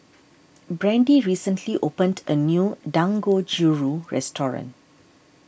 Brandee recently opened a new Dangojiru restaurant